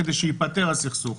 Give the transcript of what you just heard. כדי שייפתר הסכסוך.